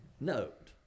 Note